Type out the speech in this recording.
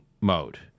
mode